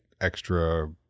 extra